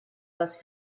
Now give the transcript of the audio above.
les